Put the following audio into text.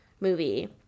movie